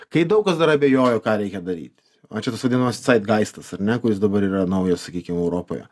kai daug kas dar abejojo ką reikia daryt o čia tas vadinamas cait gaistas ar ne kuris dabar yra naujas sakykim europoje